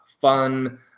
fun